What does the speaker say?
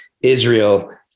Israel